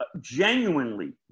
genuinely